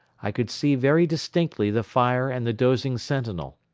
i could see very distinctly the fire and the dozing sentinel.